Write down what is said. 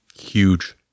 Huge